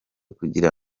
kugira